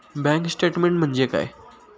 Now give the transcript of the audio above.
Bank statement म्हणजे काय?